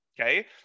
Okay